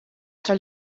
tra